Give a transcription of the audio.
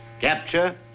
capture